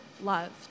loved